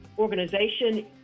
organization